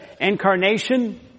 incarnation